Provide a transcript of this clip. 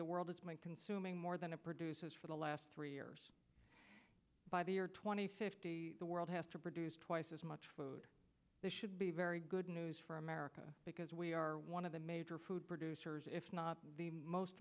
the world is consuming more than a produces for the last three years by the year twenty fifty the world has to produce twice as much food that should be very good news for america because we are one of the major food producers if not the most